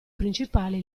principale